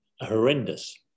horrendous